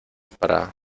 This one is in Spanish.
para